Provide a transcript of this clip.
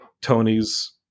Tony's